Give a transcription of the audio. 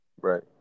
Right